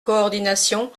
coordination